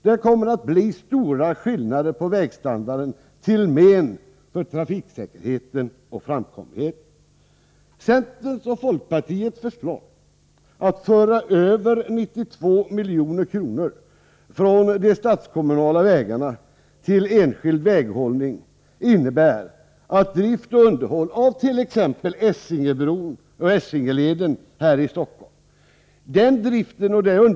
Det kommer att bli stor skillnad på vägstandarden, till men för trafiksäkerheten och framkomligheten. Centerns och folkpartiets förslag att föra över 92 milj.kr. från de statskommunala vägarna till enskild väghållning innebär att drift och underhåll av t.ex. den viktiga trafikleden Essingeleden, inkl.